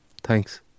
Thanks